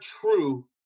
true